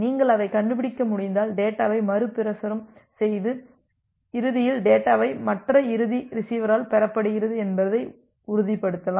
நீங்கள் அதைக் கண்டுபிடிக்க முடிந்தால் டேட்டாவை மறுபிரசுரம் செய்து இறுதியில் டேட்டாவை மற்ற இறுதி ரிசிவரால் பெறப்படுகிறது என்பதை உறுதிப்படுத்தவும்